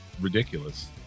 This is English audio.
ridiculous